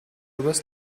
übers